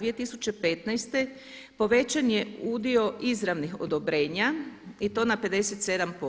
2015. povećan je udio izravnih odobrenja i to na 57%